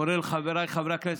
קורא לחבריי חברי הכנסת,